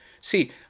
See